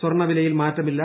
സ്വർണ വിലയിൽ മാറ്റമില്ല